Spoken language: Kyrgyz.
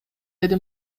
деди